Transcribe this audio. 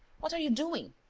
what are you doing?